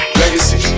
legacy